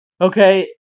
okay